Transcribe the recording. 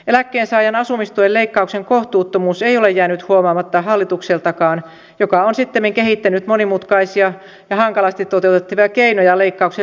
eläkkeensaajan asumistuen leikkauksen kohtuuttomuus ei ole jäänyt huomaamatta hallitukseltakaan joka on sittemmin kehittänyt monimutkaisia ja hankalasti toteutettavia keinoja leikkauksen lieventämiseksi